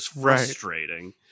frustrating